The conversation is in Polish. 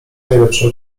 najlepsze